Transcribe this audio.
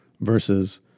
versus